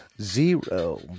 Zero